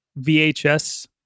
VHS